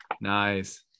Nice